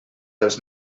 dels